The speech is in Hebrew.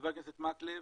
ח"כ מקלב,